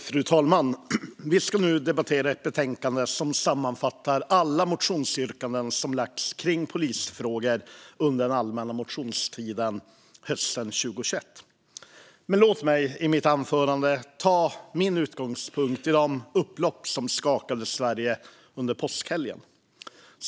Fru talman! Vi ska nu debattera ett betänkande som sammanfattar alla motionsyrkanden om polisfrågor i motioner från allmänna motionstiden hösten 2021. Men låt mig i mitt anförande ta utgångspunkt i de upplopp som skakade Sverige under påskhelgen.